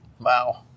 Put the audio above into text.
Wow